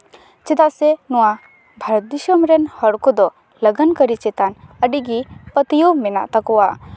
ᱪᱮᱫᱟᱜ ᱥᱮ ᱱᱚᱣᱟ ᱵᱷᱟᱨᱚᱛ ᱫᱤᱥᱚᱢ ᱨᱮᱱ ᱦᱚᱲ ᱠᱚᱫᱚ ᱞᱟᱹᱜᱟᱹᱱ ᱠᱟᱹᱨᱤ ᱪᱮᱛᱟᱱ ᱟᱹᱰᱤᱜᱮ ᱯᱟᱹᱛᱭᱟᱹᱣ ᱢᱮᱱᱟᱜ ᱛᱟᱠᱚᱣᱟ